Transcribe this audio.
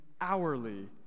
hourly